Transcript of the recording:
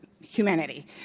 humanity